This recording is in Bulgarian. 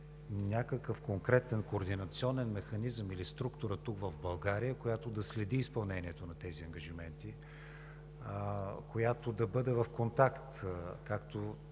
някакъв конкретен координационен механизъм или структура тук, в България, която да следи за изпълнението на тези ангажименти, която да бъде в контакт както